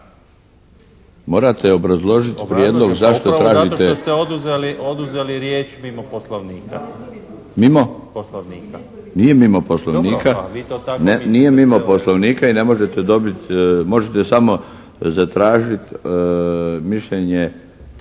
Morate obrazložiti prijedlog zašto tražite.